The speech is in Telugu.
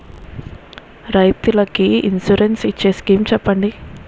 రైతులు కి ఇన్సురెన్స్ ఇచ్చే స్కీమ్స్ చెప్పండి?